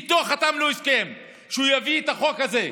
איתו חתמנו הסכם שהוא יביא את החוק הזה,